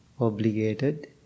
obligated